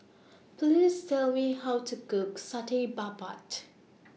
Please Tell Me How to Cook Satay Babat